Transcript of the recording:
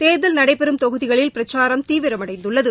தேர்தல் நடைபெறும் தொகுதிகளில் பிரச்சாரம் தீவிரமடைந்துள்ளது